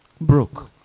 Broke